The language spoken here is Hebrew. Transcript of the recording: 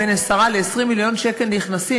בין 10 ל-20 מיליון שקל נכנסים,